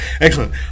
Excellent